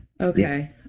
okay